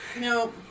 No